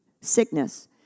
sickness